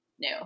new